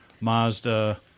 Mazda